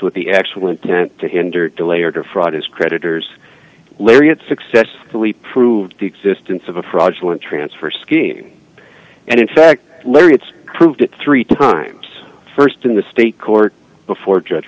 with the actual intent to hinder delay or defraud his creditors lariat successfully proved the existence of a fraudulent transfer scheme and in fact larry it's proved it three times st in the state court before judge